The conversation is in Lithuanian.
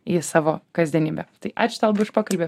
į savo kasdienybę tai ačiū tau labai už pokalbį